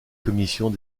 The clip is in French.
commissions